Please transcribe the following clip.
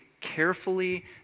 carefully